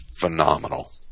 phenomenal